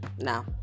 now